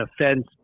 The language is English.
offense